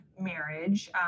marriage